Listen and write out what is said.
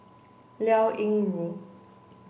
Liao Yingru